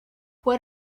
what